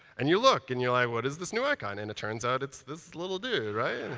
and you look, and you're like what is this new icon? and it turns out it's this little dude, right?